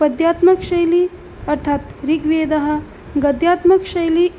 पद्यात्मक शैली अर्थात् ऋग्वेदः गद्यात्मकशैली